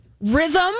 Rhythm